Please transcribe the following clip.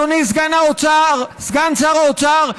אדוני סגן שר האוצר,